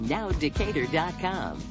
NowDecatur.com